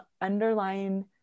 underlying